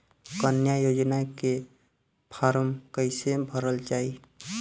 कन्या योजना के फारम् कैसे भरल जाई?